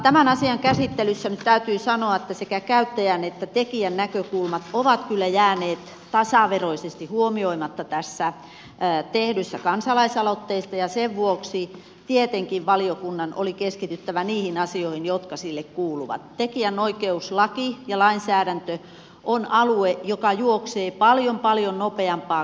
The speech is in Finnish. tämän asian käsittelyssä nyt täytyy sanoa että sekä käyttäjän että tekijän näkökulmat ovat kyllä jääneet tasaveroisesti huomioimatta tässä tehdyssä kansalaisaloitteessa ja sen vuoksi tietenkin valiokunnan oli keskityttävä niihin asioihin jotka sille kuuluvan tekijänoikeuslaki ja lainsäädäntö on alue joka juoksee paljon paljon kuuluvat